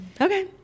Okay